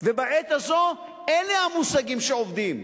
ובעת הזו אלה המושגים שעובדים,